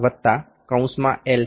R L